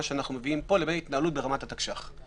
שאנחנו מביאים פה לבין התנהלות ברמת התקש"ח.